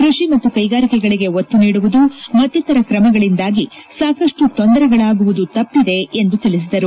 ಕೃಷಿ ಮತ್ತು ಕೈಗಾರಿಕೆಗಳಿಗೆ ಒತ್ತು ನೀಡುವುದು ಮತ್ತಿತರ ಕ್ರಮಗಳಿಂದಾಗಿ ಸಾಕಷ್ಟು ತೊಂದರೆಗಳಾಗುವುದು ತಪ್ಪಿದೆ ಎಂದು ತಿಳಿಸಿದರು